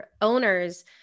owners